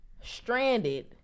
stranded